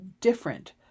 different